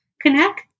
connect